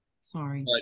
Sorry